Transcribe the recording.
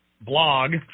blog